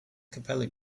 capella